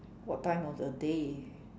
what time of the day